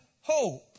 hope